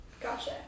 Gotcha